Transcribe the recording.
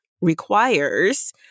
requires